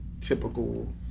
typical